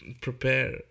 prepare